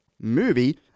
movie